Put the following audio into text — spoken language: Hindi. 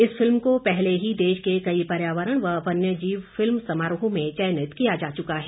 इस फिल्म को पहले ही देश के कई पर्यावरण और वन्य जीव फिल्म समारोहों में चयनित किया जा चुका है